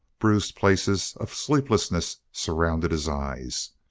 bruised places of sleeplessness surrounded his eyes.